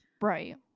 right